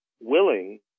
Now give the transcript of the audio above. willing